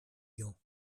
gants